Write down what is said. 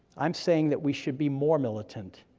i'm saying that we should be more militant,